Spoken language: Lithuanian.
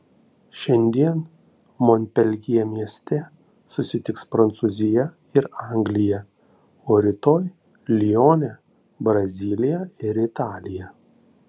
šiandien monpeljė mieste susitiks prancūzija ir anglija o rytoj lione brazilija ir italija